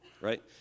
right